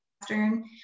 Western